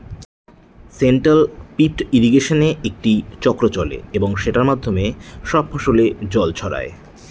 central pivot ইর্রিগেশনে একটি চক্র চলে এবং সেটার মাধ্যমে সব ফসলে জল ছড়ায়